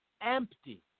empty